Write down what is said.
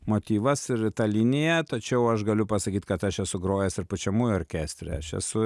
motyvas ir ta linija tačiau aš galiu pasakyt kad aš esu grojęs ir pučiamųjų orkestre aš esu